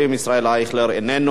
ישראל אייכלר, איננו,